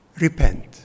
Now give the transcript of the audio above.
repent